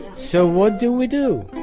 so what do we do?